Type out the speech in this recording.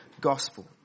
gospel